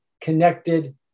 connected